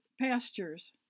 pastures